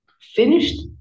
finished